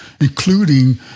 including